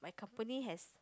company has